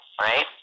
Right